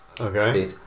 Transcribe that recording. Okay